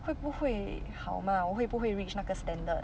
会不会好吗我会不会 reach 那个 standard